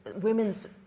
women's